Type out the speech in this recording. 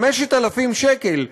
5,000 שקל,